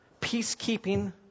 peacekeeping